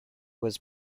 was